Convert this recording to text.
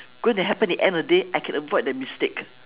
going to happening at the end of day I can avoid that mistake